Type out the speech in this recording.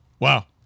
Wow